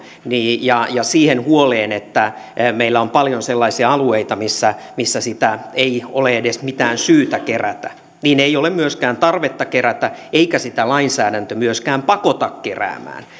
ja siihen huoleen että meillä on paljon sellaisia alueita missä missä sitä ei ole edes mitään syytä kerätä niin ei ole myöskään tarvetta kerätä eikä sitä lainsäädäntö myöskään pakota keräämään